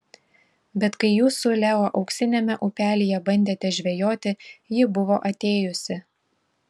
bet kai jūs su leo auksiniame upelyje bandėte žvejoti ji buvo atėjusi